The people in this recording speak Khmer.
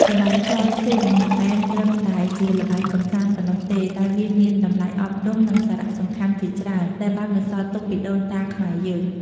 ល្បែង ចោលឈូង មិនមែនត្រឹមតែជាល្បែងកម្សាន្តប៉ុណ្ណោះទេ តែវាមាន តម្លៃអប់រំ និងសារៈសំខាន់ជាច្រើន ដែលបានបន្សល់ទុកពីដូនតាខ្មែរយើង។